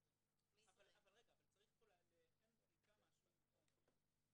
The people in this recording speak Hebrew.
--- חן דייקה פה משהו: